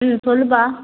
ம் சொல்லுப்பா